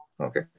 Okay